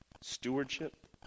stewardship